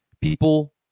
People